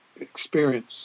experience